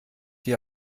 die